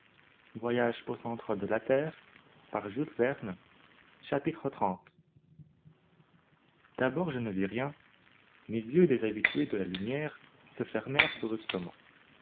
xxx d'abord je ne vis rien mes yeux déshabitués de la lumière se fermèrent brusquement